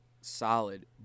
solid